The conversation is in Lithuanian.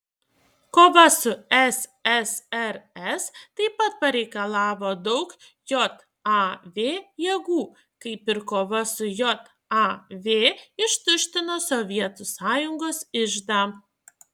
kova su ssrs taip pat pareikalavo daug jav jėgų kaip ir kova su jav ištuštino sovietų sąjungos iždą